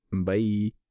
bye